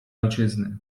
ojczyzny